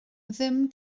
ddim